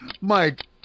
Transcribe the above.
Mike